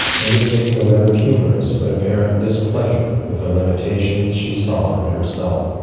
indicating a rather humorous but apparent displeasure with the limitations she saw in herself.